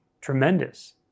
tremendous